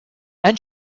and